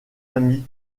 amie